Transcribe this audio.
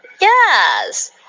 Yes